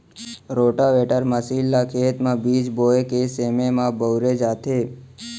rotavator machine ल खेत म बीज बोए के समे म बउरे जाथे